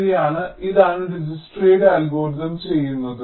ശരിയാണ് ഇതാണ് ഡിജ്ക്സ്റ്റയുടെ അൽഗോരിതം ചെയ്യുന്നത്